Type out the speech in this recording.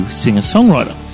singer-songwriter